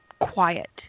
quiet